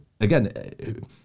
Again